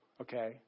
Okay